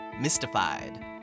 Mystified